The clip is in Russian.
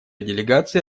делегаций